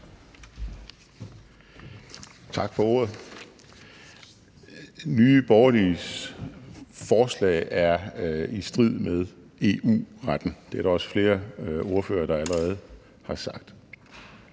Tak for ordet. Nye Borgerliges forslag er i strid med EU-retten. Det er der også flere ordførere der allerede har sagt.